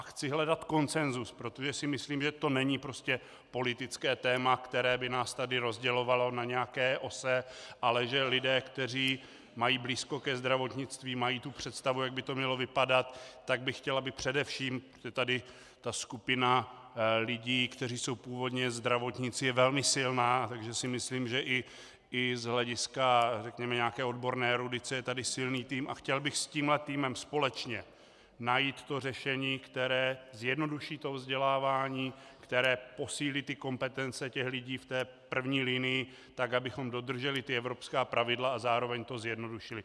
Chci hledat konsenzus, protože si myslím, že to není prostě politické téma, které by nás tady rozdělovalo na nějaké ose, ale že lidé, kteří mají blízko ke zdravotnictví, mají představu, jak by to mělo vypadat, tak bych chtěl, aby především, protože je tady ta skupina lidí, kteří jsou původně zdravotníci, je velmi silná, takže si myslím, že i z hlediska nějaké odborné erudice je tady silný tým, a chtěl bych s tímto týmem společně najít řešení, které zjednoduší vzdělávání, které posílí kompetence těch lidí v první linii tak, abychom dodrželi evropská pravidla a zároveň to zjednodušili.